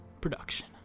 production